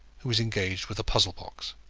who was engaged with a puzzle-box.